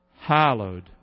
Hallowed